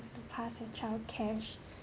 have to pass your child cash